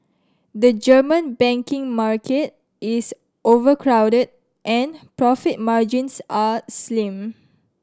the German banking market is overcrowded and profit margins are slim